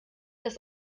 dass